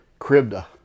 Kribda